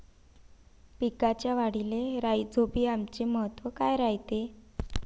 पिकाच्या वाढीले राईझोबीआमचे महत्व काय रायते?